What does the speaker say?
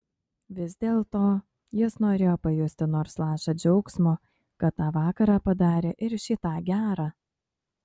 vis dėlto jis norėjo pajusti nors lašą džiaugsmo kad tą vakarą padarė ir šį tą gera